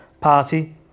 Party